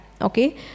Okay